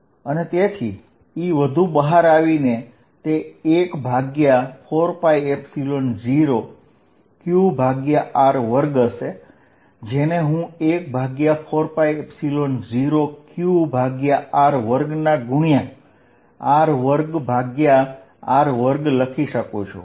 અને તેથી 14π0Qr2 ને હું 14π0QR2 પણ લખી શકું